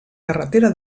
carretera